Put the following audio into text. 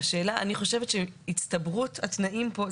אני חושבת שהצטברות התנאים פה,